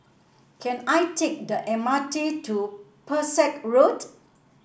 can I take the M R T to Pesek Road